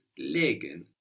legen